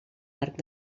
arc